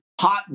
hot